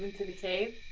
to the cave?